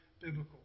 biblical